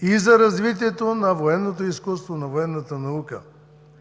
и за развитието на военното изкуство, на военната наука.